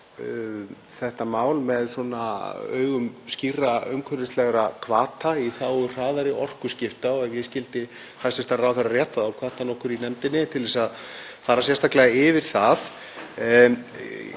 þetta mál með augum skýrra umhverfislegra hvata í þágu hraðari orkuskipta og ef ég skildi hæstv. ráðherra rétt þá hvatti hann okkur í nefndinni til að fara sérstaklega yfir það.